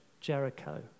Jericho